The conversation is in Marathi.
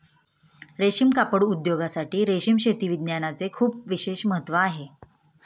रेशीम कापड उद्योगासाठी रेशीम शेती विज्ञानाचे खूप विशेष महत्त्व आहे